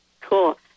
Cool